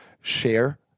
share